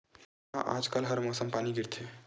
का आज कल हर मौसम पानी गिरथे?